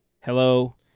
hello